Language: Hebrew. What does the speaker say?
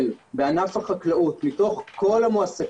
הגיל של החקלאים דרך אגב זו תופעה כלל עולמית,